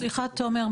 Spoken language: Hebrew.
סליחה תומר,